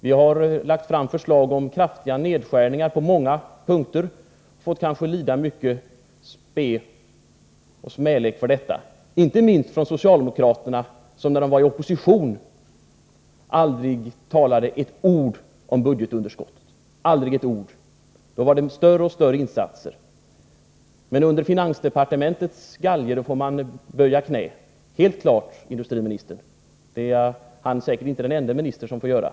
Vi har lagt fram förslag om kraftiga nedskärningar på många punkter i statsbudgeten och har fått lida mycken spe och smälek för detta —- inte minst från socialdemokraterna, som när de var i opposition aldrig talade ett ord om budgetunderskottet. Då var det större och större insatser! Men under finansdepartementets galge får man helt klart, industriministern, böja knä. Det är industriministern säkert inte den ende minister som får göra.